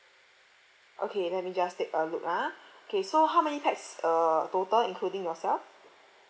okay let me just take a look ah K so how many pax uh total including yourself